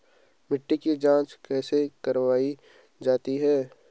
मिट्टी की जाँच कैसे करवायी जाती है?